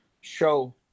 show